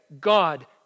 God